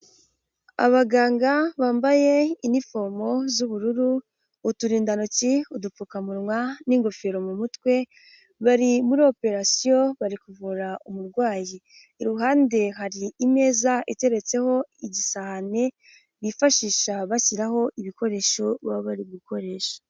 Abaganga bambaye inifomo z'ubururu, uturindantoki, udupfukamunwa n'ingofero mu mutwe, bari muri operasiyo bari kuvura umurwayi, iruhande hari imeza iteretseho igisahane, bifashisha bashyiraho ibikoresho baba bari gukoresha.